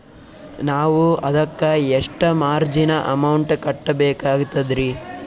ನಾವು ಅದಕ್ಕ ಎಷ್ಟ ಮಾರ್ಜಿನ ಅಮೌಂಟ್ ಕಟ್ಟಬಕಾಗ್ತದ್ರಿ?